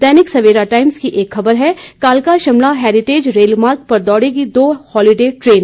दैनिक Savera times की एक खबर है कालका शिमला हैरिटेज रेलमार्ग पर दौड़ेंगी दो होलीडे ट्रेन